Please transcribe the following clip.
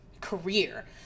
career